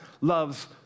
loves